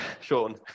sean